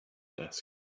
desk